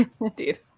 indeed